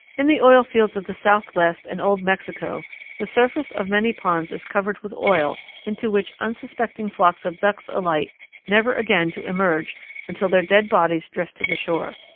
in the oil fields of the southwest and old mexico the surface of many ponds is covered with oil into which unsuspecting flocks of ducks alight never again to emerge until their dead bodies drift to the shore.